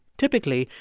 typically,